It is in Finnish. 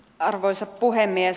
arvoisa puhemies